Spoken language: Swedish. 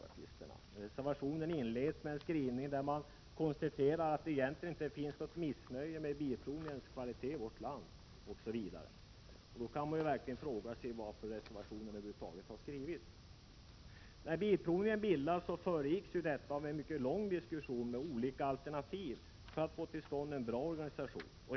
Reservationen inleds med en skrivning där det konstateras att det inte finns något missnöje med bilprovningens kvalitet i vårt land. Då kan man ju verkligen fråga sig varför reservationen över huvud taget har skrivits. När Svensk Bilprovning bildades föregicks det av en lång diskussion med olika alternativ för att man skulle få till stånd en bra organisation.